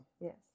Yes